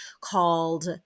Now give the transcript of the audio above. called